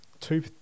two